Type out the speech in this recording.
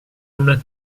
una